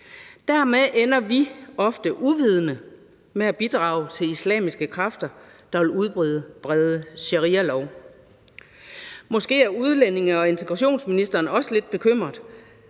Dermed ender vi ofte uvidende med at bidrage til islamiske kræfter, der vil udbrede sharialov. Måske er udlændinge- og integrationsministeren også lidt bekymret.